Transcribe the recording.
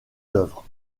d’œuvre